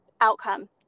outcome